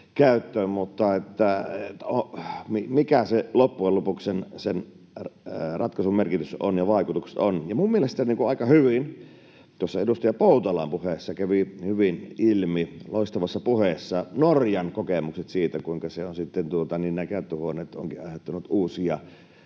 mikä loppujen lopuksi sen ratkaisun merkitys on ja vaikutukset ovat. Minun mielestäni tuosta edustaja Poutalan puheesta — loistavassa puheesta — kävi hyvin ilmi Norjan kokemukset siitä, kuinka nämä käyttöhuoneet ovatkin aiheuttaneet uusia